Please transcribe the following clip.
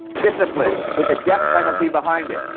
discipline, with the death penalty behind it.